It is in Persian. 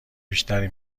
بیشتری